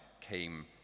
came